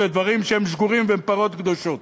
לדברים שהם שגורים והם פרות קדושות.